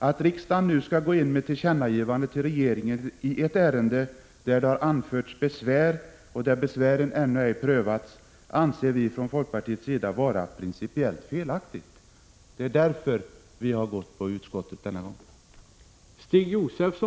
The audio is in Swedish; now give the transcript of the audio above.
Ett tillkännagivande från riksdagen till regeringen i ett ärende där det anförts besvär och där besvären ännu ej prövats anser folkpartiet däremot vara principiellt felaktigt. Det är därför vi har ställt oss bakom utskottets skrivning i den här frågan.